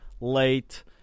late